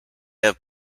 have